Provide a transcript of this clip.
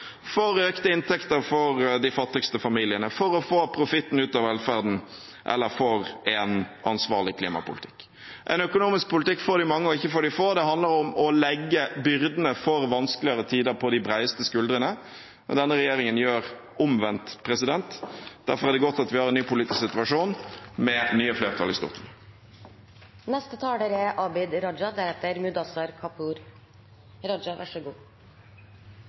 for økte inntekter for de fattigste familiene, for å få profitten ut av velferden eller for en ansvarlig klimapolitikk. En økonomisk politikk for de mange og ikke for de få handler om å legge byrdene for vanskeligere tider på de bredeste skuldrene, men denne regjeringen gjør omvendt. Derfor er det godt at vi har en ny politisk situasjon med nye flertall i Stortinget. Jeg noterte meg at representanten Trond Giske sier at det er